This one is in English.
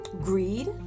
greed